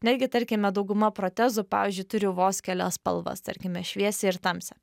netgi tarkime dauguma protezų pavyzdžiui turi vos kelias spalvas tarkime šviesią ir tamsią